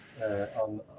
on